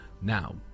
Now